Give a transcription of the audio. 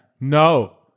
No